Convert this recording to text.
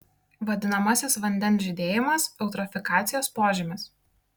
vadinamasis vandens žydėjimas eutrofikacijos požymis